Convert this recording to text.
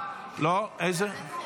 איזו ועדה?